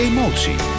Emotie